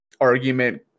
argument